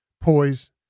poise